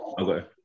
Okay